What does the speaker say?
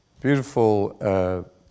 beautiful